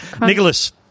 Nicholas